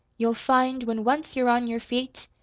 you'll find, when once you're on your feet,